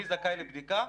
מי זכאי לבדיקה,